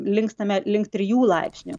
linkstame link trijų laipsnių